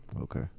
Okay